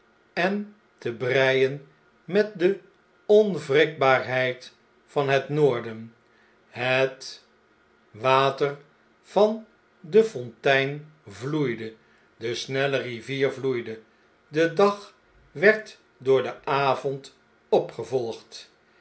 en te breien met de onwrikbaarheid van het noorden het water van de fontein vloeide de snelle rivier vloeide de dag werd door den avond opgevolgd